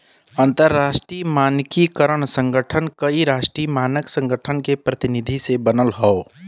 अंतरराष्ट्रीय मानकीकरण संगठन कई राष्ट्रीय मानक संगठन के प्रतिनिधि से बनल हौ